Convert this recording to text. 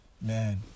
man